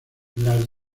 las